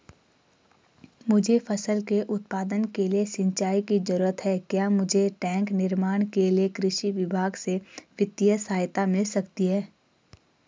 मुझे फसल के उत्पादन के लिए सिंचाई की जरूरत है क्या मुझे टैंक निर्माण के लिए कृषि विभाग से वित्तीय सहायता मिल सकती है?